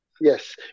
Yes